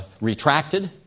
retracted